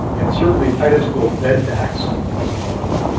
and certainly titusville bed tax has gone up.